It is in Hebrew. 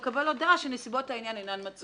או שהוא מקבל הודעה שנסיבות העניין אינן מצדיקות.